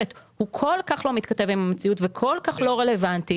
הוא כל כך לא מתכתב עם המציאות וכל כך לא רלוונטי